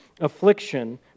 Affliction